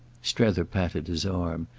strether patted his arm,